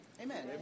Amen